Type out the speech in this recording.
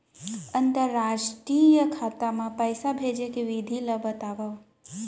अंतरराष्ट्रीय खाता मा पइसा भेजे के विधि ला बतावव?